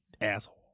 Asshole